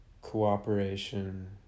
cooperation